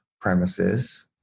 premises